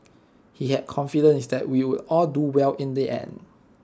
he had confidence that we would all do well in the end